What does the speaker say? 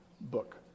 book